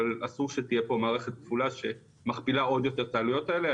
אבל אסור שתהיה פה מערכת כפולה שמכפילה עוד יותר את המערכות האלה,